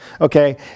okay